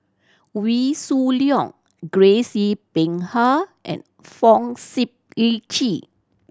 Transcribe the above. Wee Shoo Leong Grace Yin Peck Ha and Fong Sip Chee